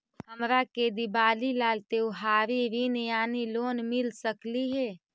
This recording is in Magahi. हमरा के दिवाली ला त्योहारी ऋण यानी लोन मिल सकली हे?